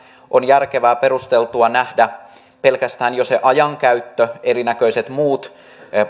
on järkevää perusteltua nähdä pelkästään jo se ajankäyttö erinäköiset muut